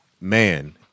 Man